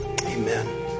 Amen